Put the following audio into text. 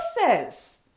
says